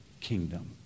kingdom